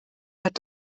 hat